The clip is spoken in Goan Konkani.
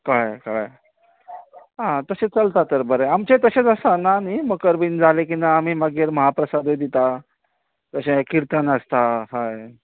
कळ्ळें कळ्ळें आं तशें चलता तर बरें आमचें तशेंच आसा ना न्ही मकर बीन जाले की ना आमी मागीर महाप्रसादय दिता तशें किर्तन आसता हय